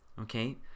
Okay